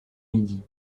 midi